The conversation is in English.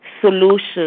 solution